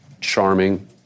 charming